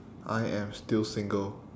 I am still single